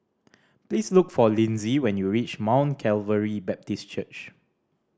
please look for Lindsey when you reach Mount Calvary Baptist Church